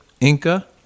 Inca